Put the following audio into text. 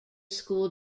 school